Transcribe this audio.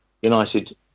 United